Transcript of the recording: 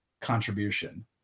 contribution